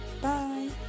Bye